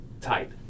tight